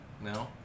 No